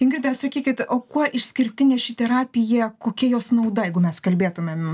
ingrida sakykit o kuo išskirtinė ši terapija kokia jos nauda jeigu mes kalbėtumėm